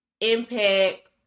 impact